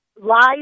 lies